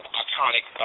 iconic